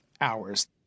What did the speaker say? hours